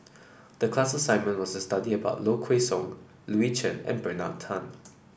the class assignment was to study about Low Kway Song Louis Chen and Bernard Tan